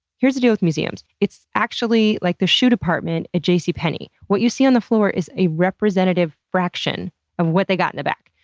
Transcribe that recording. here's the deal with museums. it's actually like the shoe department at jcpenney. what you see on the floor is a representative representative fraction of what they got in the back.